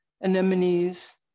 anemones